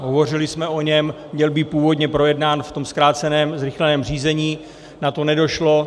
Hovořili jsme o něm, měl být původně projednán v tom zkráceném zrychleném řízení, na to nedošlo.